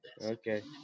Okay